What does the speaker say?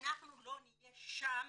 שאנחנו לא נהיה שם,